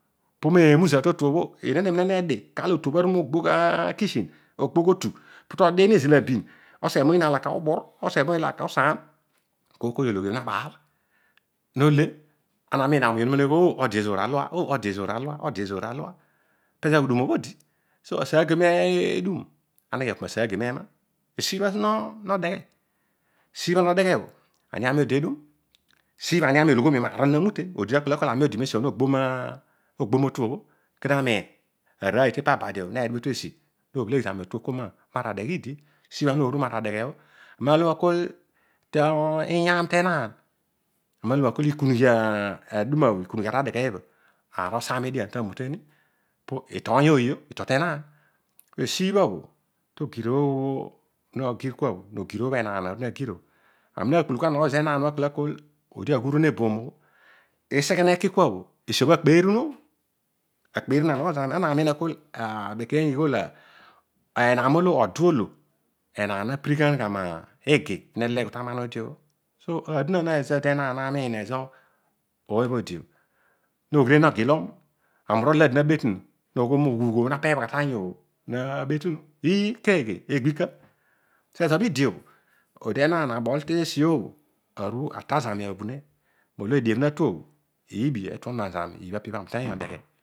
Pomeemuza to tru bho. eena ne dini kaar lo õtu bho aru mo gbogh otu pu todini izalabio oseghe moyiin abin obur oseghe moyiin abin osaam. po koiy kooy ologhi õ nabaal. No le. ana nin awuny onuma neghol õ! Ode ezoor alua. ode ezor alua. Pezo aghudum obho odi. So asaigene edum aneghe apu masaigene ema. Siibha noghee ani ami odi tedum. Ani ami ologhomii naar olo namũte. Odina feel akol ami odi tesiobho mogbo mo otuobho. kedio miin. Aroiy tepa abadi õbho redua etu esi noobheleghi zami okol adeghe idi. siibha noke madeghe bho. lo suanaan adien tenaan. tikum ughi aduma bho. aar osaam edian tamute ni. ito ony õoyii ito tenaan. Esiibha bho ogir oobho enaan aru na gir õ. ami naakputughu na nogho zodi enaan na kol odi aghururon eboom õ. ezobho useghe noki kuabho odi akpeeron aboom õ. Abekeiy ighol kua enaan olo odu olo enaan na pirigham gha migi ta loor odi. So adon ana miin ezo õoy obho odi no giliom. ami na betunu, nõoghõl moghuugh o napeebh gha tanyu o nabetunu ee. keeghe? Eghika. So ezobho idibho, odi enaan abol tesiõbho ato zami abhule molo edie bho natuobhõ. iibi etuonom zami, iibha pibha ami uteiy odeghe.